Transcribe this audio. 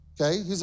okay